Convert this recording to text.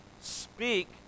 speak